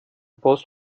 boss